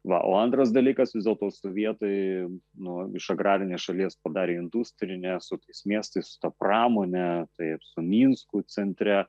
va o antras dalykas vis dėlto sovietai nuo iš agrarinės šalies padarė industrinę su tais miestais su ta pramone taip su minsku centre